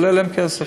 זה עולה להם כסף.